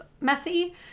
messy